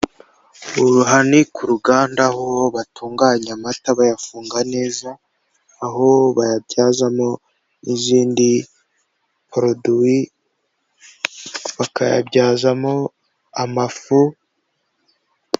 Aha ni ku ruganda aho batunganya amata bayafunga neza, aho bayabyazamo n'izindi poroduwi, bakayabyazamo amafu.